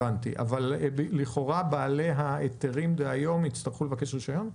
אבל לכאורה בעלי ההיתרים דהיום יצטרכו לבקש רישיון?